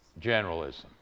generalism